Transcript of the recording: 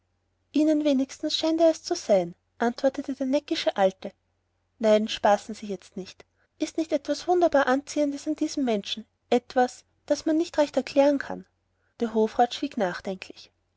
ihnen wenigstens scheint er es zu sein antwortete der neckische alte nein spaßen sie jetzt nicht ist nicht etwas wunderbar anziehendes an dem menschen etwas das man nicht recht erklären kann der hofrat schwieg nachdenklich